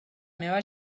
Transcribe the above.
meva